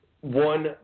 one